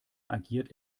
agiert